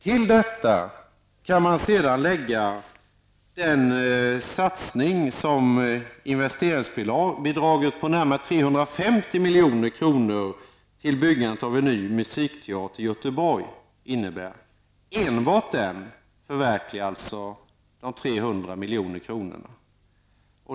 Till detta kan tilläggas satsningen på investeringsbidrag på närmare 350 miljoner till byggande av en ny musikteater i Göteborg. Enbart detta är mer än utfästelsen på 300 miljoner.